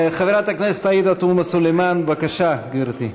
חברת הכנסת עאידה תומא סלימאן, בבקשה, גברתי.